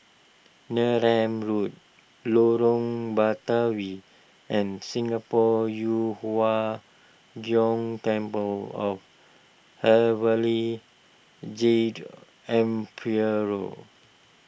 Neram Road Lorong Batawi and Singapore Yu Huang Gong Temple of Heavenly Jade Emperor